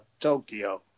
Tokyo